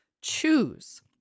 choose –